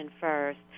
first